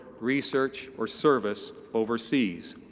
research or service overseas.